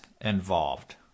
involved